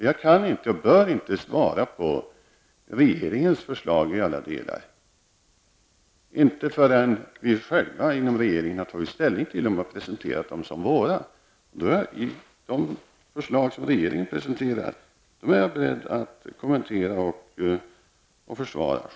Jag kan inte, och bör inte, svara när det gäller regeringens förslag i alla delar, i alla fall inte förrän vi inom regeringen själva har tagit ställning till framlagda förslag och presenterat dem som våra. De förslag som regeringen presenterar är jag självfallet beredd att kommentera och att försvara.